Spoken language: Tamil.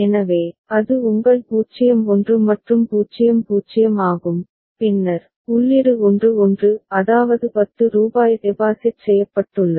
எனவே அது உங்கள் 0 1 மற்றும் 0 0 ஆகும் பின்னர் உள்ளீடு 1 1 அதாவது 10 ரூபாய் டெபாசிட் செய்யப்பட்டுள்ளது